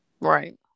Right